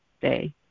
day